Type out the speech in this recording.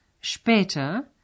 später